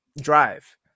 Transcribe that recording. Drive